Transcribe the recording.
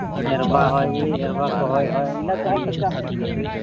ᱮᱨᱵᱟ ᱦᱳᱭ ᱤᱲᱤ ᱮᱨᱵᱟ ᱠᱚ ᱦᱳᱭ ᱦᱳᱭ ᱤᱱᱟᱹ ᱠᱚ ᱦᱚᱸ ᱯᱮ ᱪᱟᱥᱮᱫ ᱜᱮᱭᱟ